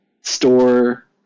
Store